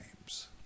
names